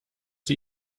sie